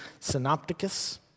synopticus